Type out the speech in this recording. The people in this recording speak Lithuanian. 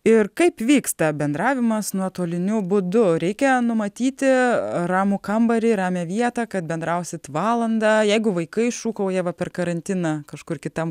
ir kaip vyksta bendravimas nuotoliniu būdu reikia numatyti ramų kambarį ramią vietą kad bendrausit valandą jeigu vaikai šūkauja va per karantiną kažkur kitam